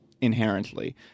inherently